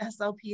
SLPs